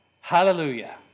Hallelujah